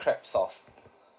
crab sauce